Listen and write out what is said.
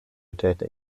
tätig